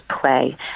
play